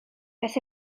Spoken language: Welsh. beth